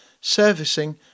servicing